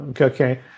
okay